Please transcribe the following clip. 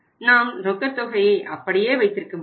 நாம் ரொக்க தொகையை அப்படியே வைத்திருக்க முடியும்